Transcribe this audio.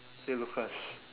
!hey! lucas